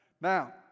Now